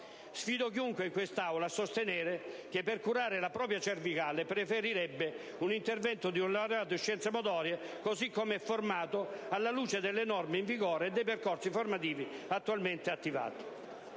Sfido chiunque in quest'Aula a sostenere che, per curare la propria cervicale, preferirebbe un intervento dì un laureato in scienze motorie, così come è formato, alla luce delle norme in vigore e dei percorsi formativi attualmente attivati.